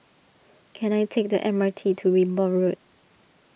can I take the M R T to Wimborne Road